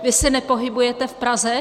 Vy se nepohybujete v Praze?